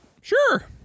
sure